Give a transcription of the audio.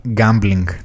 gambling